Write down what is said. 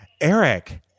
Eric